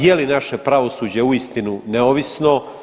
Je li naše pravosuđe uistinu neovisno?